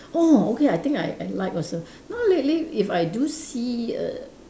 oh okay I think I I like also know lately if I do see a